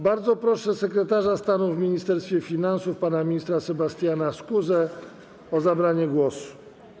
Bardzo proszę sekretarza stanu w Ministerstwie Finansów pana ministra Sebastiana Skuzę o zabranie głosu.